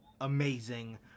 amazing